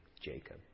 Jacob